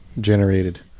generated